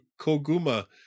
Koguma